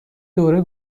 دوره